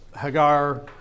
Hagar